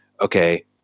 okay